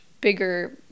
bigger